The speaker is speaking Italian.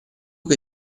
che